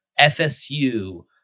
FSU